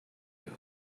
you